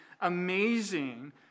amazing